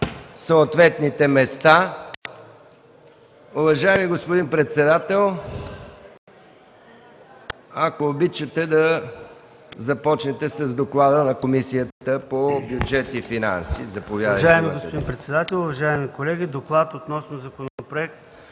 съответните места. Уважаеми господин председател, ако обичате да започнете с доклада на Комисията по бюджет и финанси. Заповядайте.